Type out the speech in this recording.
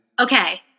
Okay